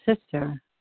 sister